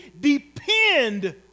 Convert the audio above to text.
depend